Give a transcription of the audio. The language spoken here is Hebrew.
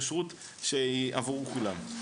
כשרות שהיא עבור כולם.